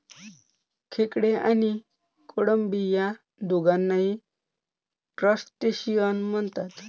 खेकडे आणि कोळंबी या दोघांनाही क्रस्टेशियन म्हणतात